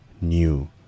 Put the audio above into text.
new